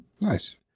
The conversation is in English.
Nice